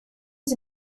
sie